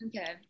okay